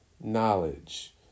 knowledge